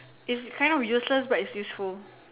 is kind of useless but it's useful